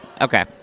okay